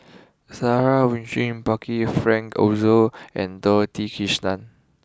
Sarah Winstedt Percival Frank Aroozoo and Dorothy Krishnan